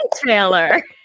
trailer